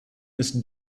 ist